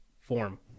Form